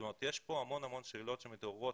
יש כאן הרבה שאלות שמתעוררות.